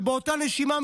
באותה נשימה,